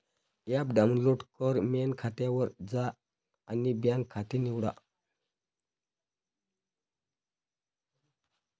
app download कर, main खात्यावर जा आणि बँक खाते निवडा